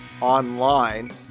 online